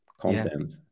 content